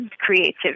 creativity